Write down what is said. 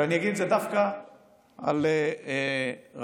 ואגיד את זה דווקא על רב,